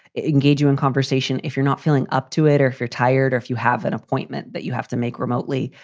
engage you in conversation. if you're not feeling up to it or if you're tired or if you have an appointment that you have to make remotely.